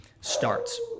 starts